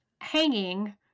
hanging